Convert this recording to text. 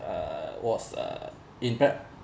uh was uh impact